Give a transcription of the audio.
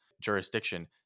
jurisdiction